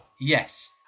yes